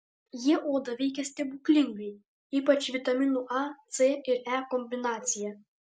jie odą veikia stebuklingai ypač vitaminų a c ir e kombinacija